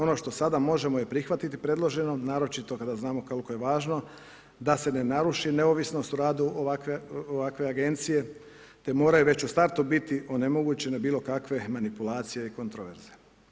Ono što sada možemo je prihvatiti predložen, naročito kada znamo koliko je važno da se ne naruši neovisnost u radu ovakve agencije te moraju već u startu biti onemogućene bilokakve manipulacije i kontraverze.